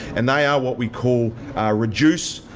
and they are what we call reduce,